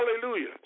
Hallelujah